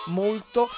molto